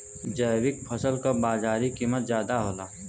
जैविक फसल क बाजारी कीमत ज्यादा होला